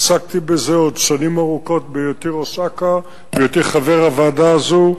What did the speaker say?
עסקתי בזה שנים ארוכות עוד בהיותי ראש אכ"א ובהיותי חבר הוועדה הזאת.